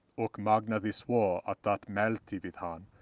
ok magnadi sva at that maelti vid hann,